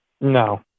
No